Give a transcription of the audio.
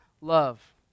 love